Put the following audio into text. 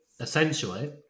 essentially